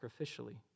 sacrificially